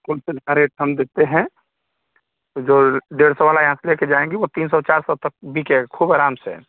wholesale का rate हम देखते हैं जो डेढ़ सौ वाला यहाँ से लेकर जाएँगी वो तीन सौ चार सौ तक बिकेगा खूब आराम से